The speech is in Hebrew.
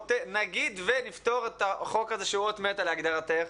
נגיד ונפתור את החוק הזה שהוא אות מתה להגדרתך.